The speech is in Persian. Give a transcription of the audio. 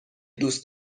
دوست